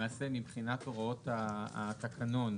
למעשה מבחינת הוראות התקנון,